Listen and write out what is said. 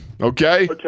okay